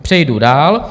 Přejdu dál.